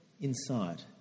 inside